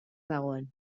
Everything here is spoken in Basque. dagoen